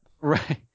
Right